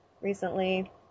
recently